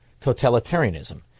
totalitarianism